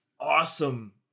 awesome